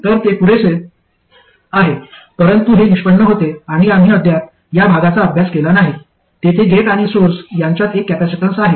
तर ते पुरेसे आहे परंतु हे निष्पन्न होते आणि आम्ही अद्याप या भागाचा अभ्यास केला नाही तेथे गेट आणि सोर्स यांच्यात एक कपॅसिटीन्स आहे